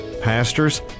Pastors